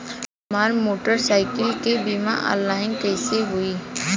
हमार मोटर साईकीलके बीमा ऑनलाइन कैसे होई?